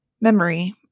memory